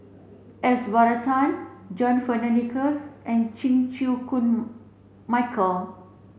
S Varathan John Fearns Nicoll and Chan Chew Koon Michael